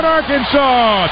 Arkansas